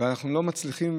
ואנחנו לא מצליחים,